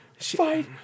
Fight